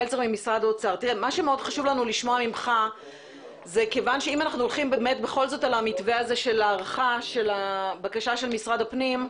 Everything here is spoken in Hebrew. במקום "עד יום כ"ה באדר ב' התשע"ט (1 באפריל 2019)"